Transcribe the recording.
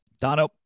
Dono